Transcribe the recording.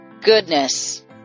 Goodness